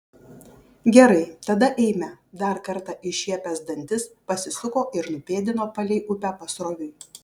gerai tada eime dar kartą iššiepęs dantis pasisuko ir nupėdino palei upę pasroviui